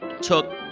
took